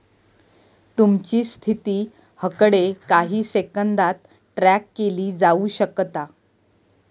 तुमची स्थिती हकडे काही सेकंदात ट्रॅक केली जाऊ शकता